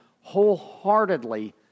wholeheartedly